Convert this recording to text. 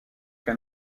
qu’à